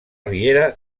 riera